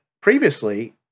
previously